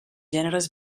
gèneres